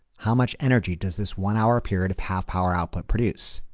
how much energy does this one hour period of half-power output produce?